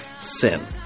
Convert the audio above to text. sin